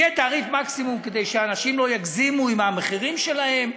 יהיה תעריף מקסימום כדי שאנשים לא יגזימו עם המחירים שלהם,